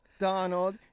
Donald